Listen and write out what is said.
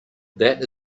that